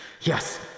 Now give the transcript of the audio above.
Yes